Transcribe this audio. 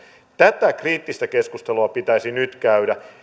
tätä kriittistä keskustelua pitäisi nyt käydä